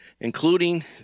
including